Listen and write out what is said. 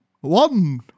one